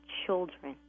children